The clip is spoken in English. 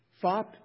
Fop